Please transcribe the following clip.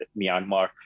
Myanmar